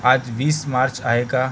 आज वीस मार्च आहे का